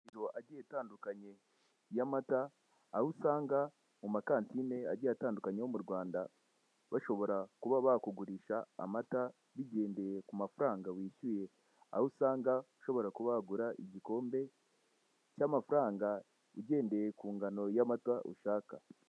Amakusanyirizo agiye atandukanye y'amata, aho usanga mu makantine agiye atandukanye yo mu Rwanda, bashobora kuba bakugurisha amata bigendeye ku mafaranga wishyuye, aho usanga ushobora kuba wagura igikombe cy'amafaranga, ugendeye ku ngano y'amata ushaka.